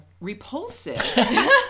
repulsive